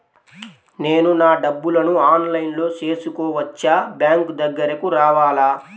నేను నా డబ్బులను ఆన్లైన్లో చేసుకోవచ్చా? బ్యాంక్ దగ్గరకు రావాలా?